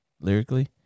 lyrically